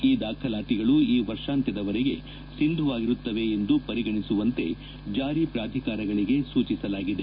ಈ ದಾಖಲಾತಿಗಳು ಈ ವರ್ಷಾಂತ್ನದವರೆಗೆ ಸಿಂಧುವಾಗಿರುತ್ತವೆ ಎಂದು ಪರಿಗಣಿಸುವಂತೆ ಜಾರಿ ಪ್ರಾಧಿಕಾರಗಳಿಗೆ ಸೂಚಿಸಲಾಗಿದೆ